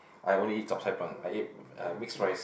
I only eat chap-chye-png I eat uh mix rice